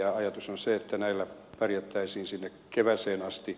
ajatus on se että näillä pärjättäisiin sinne kevääseen asti